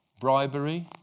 Bribery